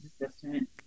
assistant